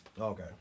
Okay